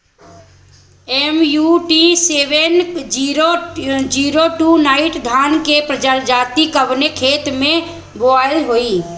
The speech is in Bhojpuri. MUT seven zero two nine धान के प्रजाति कवने खेत मै बोआई होई?